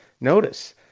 notice